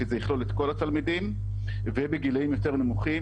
שזה יכלול את כל התלמידים ובגילאים יותר נמוכים,